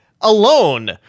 alone